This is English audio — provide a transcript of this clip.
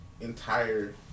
entire